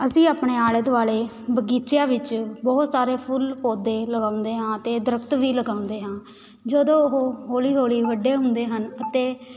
ਅਸੀਂ ਆਪਣੇ ਆਲੇ ਦੁਆਲੇ ਬਗੀਚਿਆਂ ਵਿੱਚ ਬਹੁਤ ਸਾਰੇ ਫੁੱਲ ਪੌਦੇ ਲਗਾਉਂਦੇ ਹਾਂ ਅਤੇ ਦਰੱਖਤ ਵੀ ਲਗਾਉਂਦੇ ਹਾਂ ਜਦੋਂ ਉਹ ਹੌਲੀ ਹੌਲੀ ਵੱਡੇ ਹੁੰਦੇ ਹਨ ਅਤੇ